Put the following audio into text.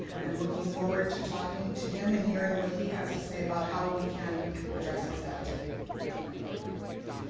and looking forward to talking to him and hearing what he has to say about how we can address this epidemic in minority communities.